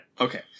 Okay